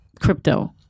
crypto